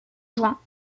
juin